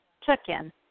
check-in